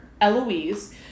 Eloise